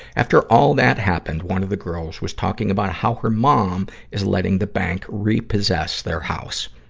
after all that happened, one of the girls was talking about how her mom is letting the bank repossess their house.